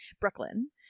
Brooklyn